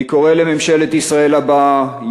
אני קורא לממשלת ישראל הבאה,